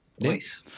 Nice